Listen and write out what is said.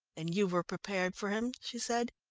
and you were prepared for him? she said.